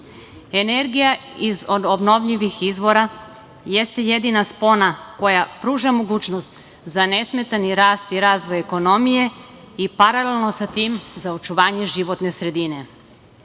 planu. Energija iz obnovljivih izvora jeste jedina spona koja pruža mogućnost za nesmetani rast i razvoj ekonomije i paralelno sa tim za očuvanje životne sredine. Srbija